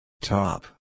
Top